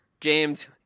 James